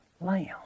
lamb